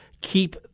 keep